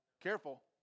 Careful